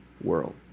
world